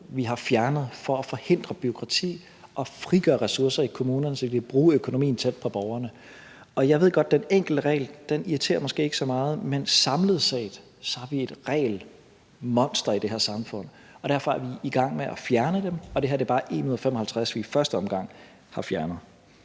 vi har fjernet for at forhindre bureaukrati og frigøre ressourcer i kommunerne, så vi kan bruge økonomien tæt på borgerne. Og jeg ved godt, at den enkelte regel måske ikke irriterer så meget, men samlet set har vi et regelmonster i det her samfund, og derfor er vi i gang med at fjerne dem, og det her er bare 1 ud af 55, som vi i første omgang har fjernet.